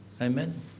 Amen